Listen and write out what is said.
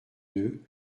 deux